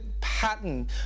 pattern